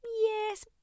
yes